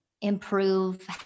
improve